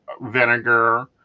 vinegar